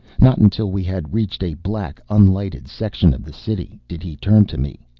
not until we had reached a black, unlighted section of the city did he turn to me.